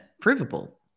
provable